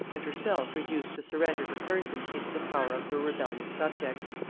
and herself reduced to surrender her person into the power of her rebellious subjects.